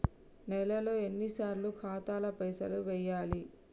నెలలో ఎన్నిసార్లు ఖాతాల పైసలు వెయ్యాలి?